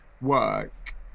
work